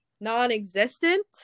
non-existent